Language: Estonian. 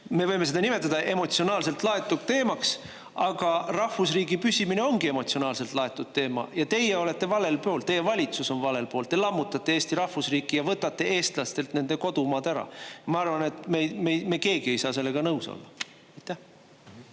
me võime seda nimetada emotsionaalselt laetud teemaks, aga rahvusriigi püsimine ongi emotsionaalselt laetud teema –, et teie olete valel pool. Teie valitsus on valel pool, te lammutate Eesti rahvusriiki ja võtate eestlastelt nende kodumaa ära. Ma arvan, et me keegi ei saa sellega nõus olla.